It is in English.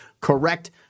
correct